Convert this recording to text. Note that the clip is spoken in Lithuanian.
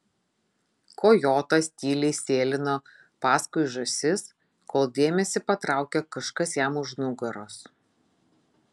kojotas tyliai sėlino paskui žąsis kol dėmesį patraukė kažkas jam už nugaros